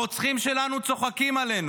הרוצחים שלנו צוחקים עלינו.